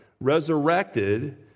resurrected